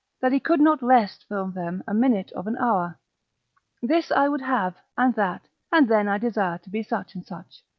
that he could not rest for them a minute of an hour this i would have, and that, and then i desire to be such and such.